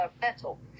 mental